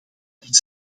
dit